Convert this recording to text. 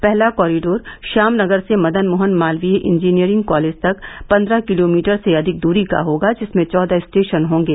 पहला कॉरिडोर श्याम नगर से Madan Mohan Malaviya engineering college तक पंद्रह किलोमीटर से अधिक दूरी का होगा जिसमें चौदह स्टेशन होंगे